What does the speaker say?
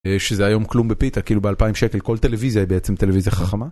שזה היום כלום בפיתה כאילו ב2000 שקל כל טלוויזיה היא בעצם טלוויזיה חכמה.